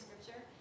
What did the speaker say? scripture